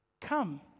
Come